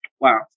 Wow